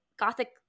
Gothic